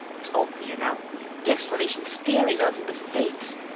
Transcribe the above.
it's all clear now. the explanation staring us in the face.